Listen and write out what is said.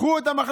תודה.